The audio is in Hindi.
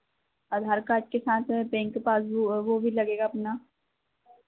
आधार कार्ड के साथ बैंक पासबुक वो भी लगेगा अपना